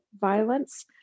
violence